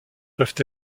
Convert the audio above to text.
peuvent